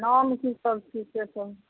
नाम की सब छी से कहू